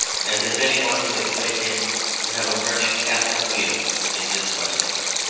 as if any one would expect him to have a burning catherine wheel in his button-hole.